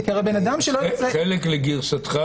חלק לגרסתך